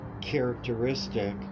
characteristic